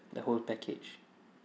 the whole package